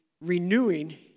renewing